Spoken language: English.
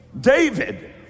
David